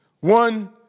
one